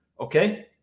Okay